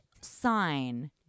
sign